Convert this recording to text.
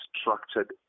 structured